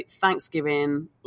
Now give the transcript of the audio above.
Thanksgiving